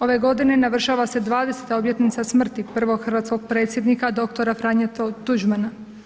Ove godine navršava se 20. obljetnica smrti prvog hrvatskog Predsjednika dr. Franje Tuđmana.